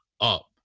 up